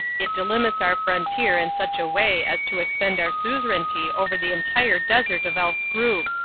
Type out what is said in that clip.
it delimits our frontier in such a way as to extend our suzerainty over the entire desert of el skrub.